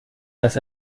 dass